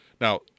Now